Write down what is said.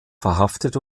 verhaftet